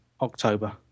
October